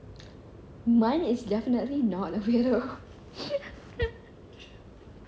mine is definitely not a weirdo